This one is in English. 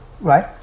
right